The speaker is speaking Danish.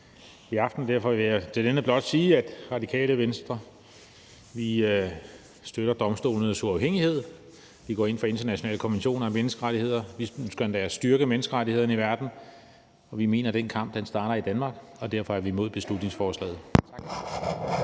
Derfor vil jeg til denne blot sige, at Radikale Venstre støtter domstolenes uafhængighed. Vi går ind for internationale konventioner og menneskerettigheder. Vi ønsker endda at styrke menneskerettighederne i verden, og vi mener, at den kamp starter i Danmark. Derfor er vi imod beslutningsforslaget.